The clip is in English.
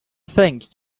think